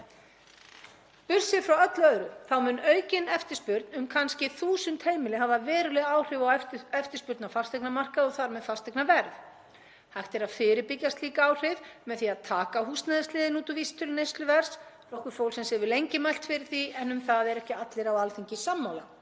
Hægt er að fyrirbyggja slík áhrif með því að taka húsnæðisliðinn út úr vísitölu neysluverðs. Flokkur fólksins hefur lengi mælt fyrir því en um það eru ekki allir á Alþingi sammála. Hins vegar má færa rök fyrir því að innflæði Grindvíkinga á húsnæðismarkaðinn sé þess eðlis að það eigi ekki að hafa áhrif á vísitöluna almennt,